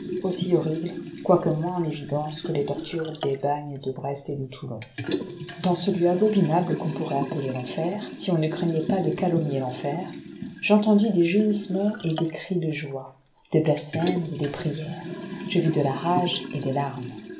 aussi horrible quoique moins en évidence que les tortures des bagnes de brest et de toulon dans ce lieu abominable qu'on pourrait appeler l'enfer si on ne craignait pas de calomnier l'enfer j'entendis des gémissements et des cris de joie des blasphèmes et des prières je vis de la rage et des larmes